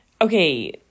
Okay